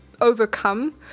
overcome